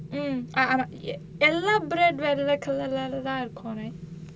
mm ஆனா எல்லா:aanaa ellaa bread வேற ஏதோ:vera etho colour ஆள தான் இருக்கும்:aala thaan irukkum correct